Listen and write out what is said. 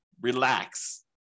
relax